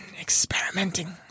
experimenting